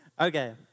Okay